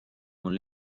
mul